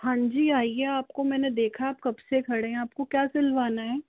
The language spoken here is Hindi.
हाँजी आइए आपको मैंने देखा आप कब से खड़े हैं आपको क्या सिलवाना है